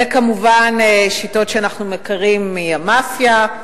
כמובן, אלה שיטות שאנחנו מכירים מהמאפיה,